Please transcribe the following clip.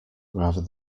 rather